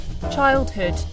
childhood